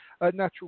natural